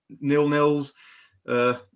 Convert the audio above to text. Nil-nils